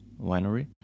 winery